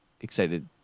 excited